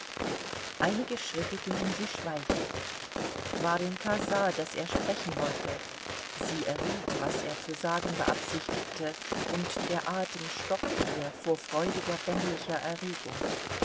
einige schritte gingen sie schweigend warjenka sah daß er sprechen wollte sie erriet was er zu sagen beabsichtigte und der atem stockte ihr vor freudiger bänglicher erregung